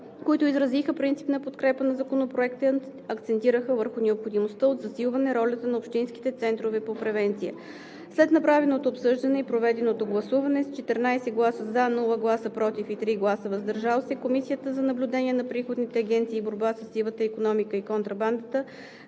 които изразиха принципна подкрепа на Законопроекта и акцентираха върху необходимостта от засилване ролята на общинските центрове по превенция. След направеното обсъждане и проведеното гласуване с 14 гласа „за“, без „против“ и 3 гласа „въздържал се“ Комисията за наблюдение на приходните агенции и борба със сивата икономика и контрабандата